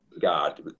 God